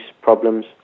problems